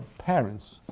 parents.